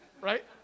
right